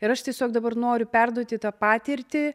ir aš tiesiog dabar noriu perduoti tą patirtį